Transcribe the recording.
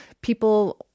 people